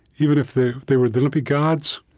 even if they they were the olympic gods,